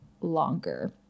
longer